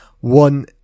one